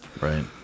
Right